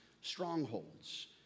strongholds